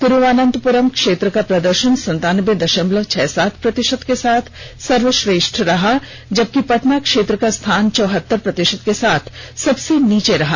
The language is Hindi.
तिरूवनंतपुरम क्षेत्र का प्रदर्शन संतानबे दशमलव छह सात प्रतिशत के साथ सर्वश्रेष्ठ रहा जबकि पटना क्षेत्र का स्थान चौहत्तर प्रतिशत के साथ सबसे नीचे रहा